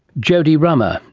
jodie rummer,